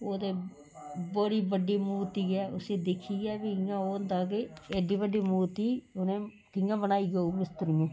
ओह् ते बड़ी बड्डी मूर्ती ऐ उसी दिक्खियै बी इ'यां ओह् होंदा कि एड्डी बड्डी मूर्ती उनें कियां बनाई होग मिस्त्रियें